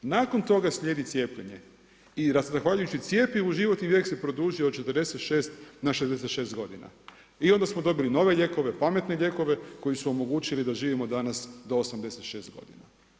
Nakon toga slijedi cijepljenje i zahvaljujući cjepivu životni vijek se produžio od 46 na 66 godina i onda smo dobili nove lijekove, pametne lijekove koji su omogućili da živimo danas do 86 godina.